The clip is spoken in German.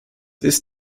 ist